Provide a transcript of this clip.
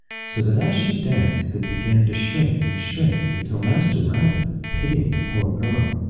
so that as she danced, it began to shrink and shrink, until master rabbit, pitying the poor girl,